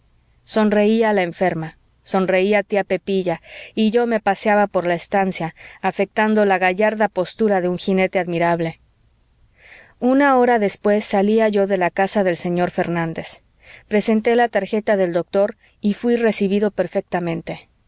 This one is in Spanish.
sonreía la enferma sonreía tía pepilla y yo me paseaba por la estancia afectando la gallarda apostura de un jinete admirable una hora después salía yo de la casa del señor fernández presenté la tarjeta del doctor y fuí recibido perfectamente